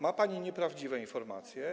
Ma pani nieprawdziwe informacje.